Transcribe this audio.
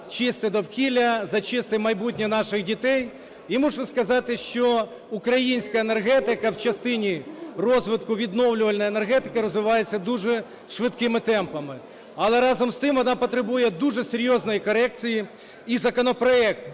чисте довкілля, за чисте майбутнє наших дітей. І мушу сказати, що українська енергетика в частині розвитку відновлювальної енергетики розвивається дуже швидкими темпами. Але разом з тим вона потребує дуже серйозної корекції і законопроект,